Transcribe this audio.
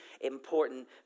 important